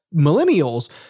millennials